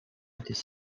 étaient